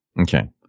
Okay